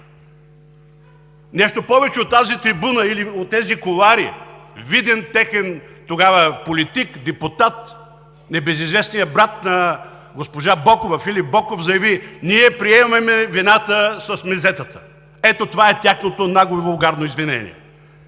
Нещо повече, от тази трибуна или от тези кулоари виден техен тогава политик, депутат, небезизвестният брат на госпожа Бокова – Филип Боков, заяви: „Ние приемаме вината с мезета“. Ето това е тяхното нагло и вулгарно извинение.